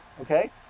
okay